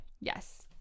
Yes